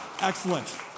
excellent